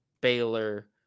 Baylor